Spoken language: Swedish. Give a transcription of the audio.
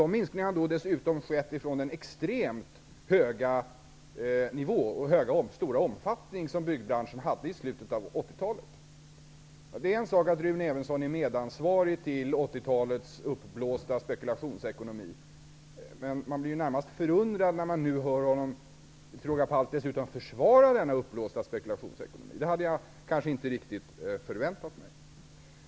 De minskningarna har dessutom skett från den extremt höga nivå och stora omfattning som branschen hade i slutet av 80-talet. Det är en sak att Rune Evensson är medansvarig till 80-talets uppblåsta spekulationsekonomi. Men man blir närmast förundrad när man nu hör honom till råga på allt försvara denna uppblåsta spekulationsekonomi. Det hade jag inte riktigt förväntat mig.